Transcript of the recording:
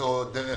למצוא דרך